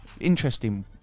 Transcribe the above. interesting